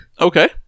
Okay